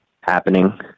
happening